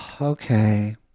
Okay